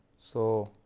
so,